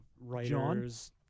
writers